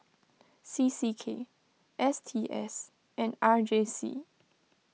C C K S T S and R J C